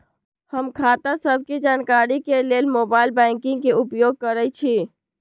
हम खता सभके जानकारी के लेल मोबाइल बैंकिंग के उपयोग करइछी